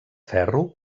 ferro